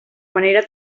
manera